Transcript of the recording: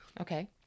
Okay